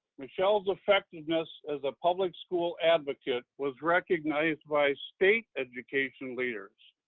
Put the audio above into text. michelle's effectiveness as a public school advocate was recognized by state education leaders.